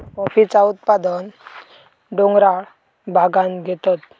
कॉफीचा उत्पादन डोंगराळ भागांत घेतत